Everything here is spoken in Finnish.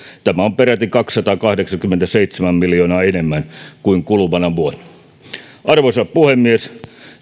tämä on peräti kaksisataakahdeksankymmentäseitsemän miljoonaa enemmän kuin kuluvana vuonna arvoisa puhemies